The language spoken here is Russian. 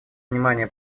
внимание